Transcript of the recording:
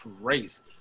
crazy